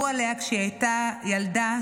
כשהיא הייתה ילדה,